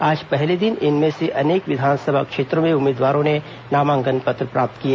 आज पहले दिन इनमें से अनेक विधानसभा क्षेत्रों में उम्मीदवारों ने नामांकन पत्र प्राप्त किए